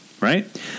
right